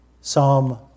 Psalm